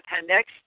appendix